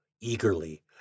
eagerly